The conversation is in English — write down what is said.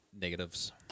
negatives